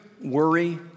worry